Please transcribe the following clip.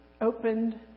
opened